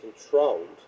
controlled